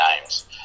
names